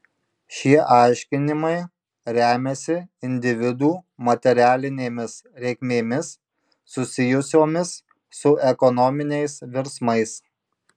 šie aiškinimai remiasi individų materialinėmis reikmėmis susijusiomis su ekonominiais virsmais